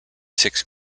six